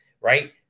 right